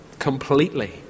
completely